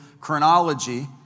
chronology